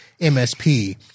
MSP